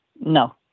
No